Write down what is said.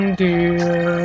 dear